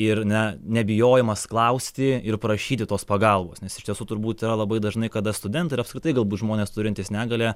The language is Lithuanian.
ir ne nebijojimas klausti ir prašyti tos pagalbos nes iš tiesų turbūt yra labai dažnai kada studentai ir apskritai galbūt žmonės turintys negalią